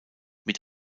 mit